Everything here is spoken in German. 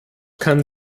kann